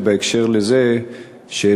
ובהקשר זה שאלותי: